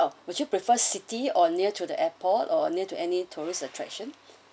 oh would you prefer city or near to the airport or near to any tourist attraction